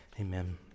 Amen